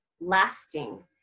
lasting